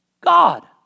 God